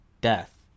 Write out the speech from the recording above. death